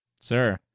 Sir